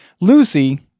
Lucy